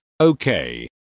okay